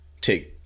take